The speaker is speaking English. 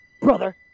Brother